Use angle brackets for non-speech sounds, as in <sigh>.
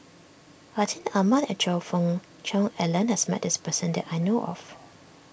Atin Amat and Choe Fook Cheong Alan has met this person <noise> that I know of